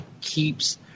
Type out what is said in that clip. keeps